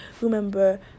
Remember